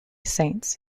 saints